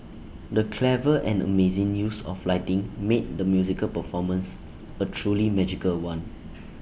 the clever and amazing use of lighting made the musical performance A truly magical one